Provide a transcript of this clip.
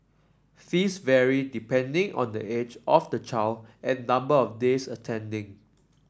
fees vary depending on the age of the child and number of days attending